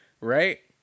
Right